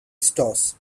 stores